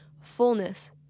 fullness